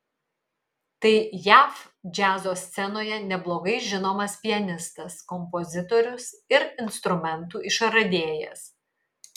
tai jav džiazo scenoje neblogai žinomas pianistas kompozitorius ir instrumentų išradėjas